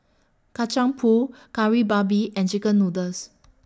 Kacang Pool Kari Babi and Chicken Noodles